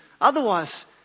Otherwise